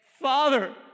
Father